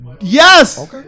Yes